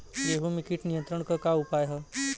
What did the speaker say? गेहूँ में कीट नियंत्रण क का का उपाय ह?